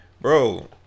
Bro